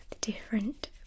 different